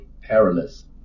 perilous